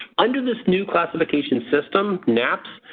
under this new classification system napcs,